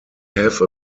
have